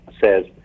says